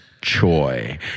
Choi